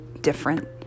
different